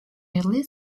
early